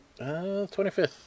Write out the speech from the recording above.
25th